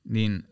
Niin